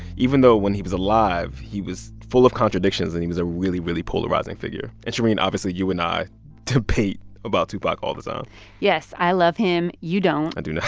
even though, when he was alive, he was full of contradictions, and he was a really, really polarizing figure. and, shereen, obviously, you and i debate about tupac all the time yes, i love him. you don't i do not